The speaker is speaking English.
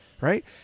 right